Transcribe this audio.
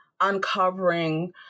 uncovering